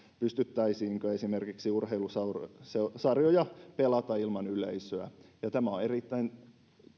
pystyttäisiinkö esimerkiksi urheilusarjoja pelaamaan ilman yleisöä tämä on erittäin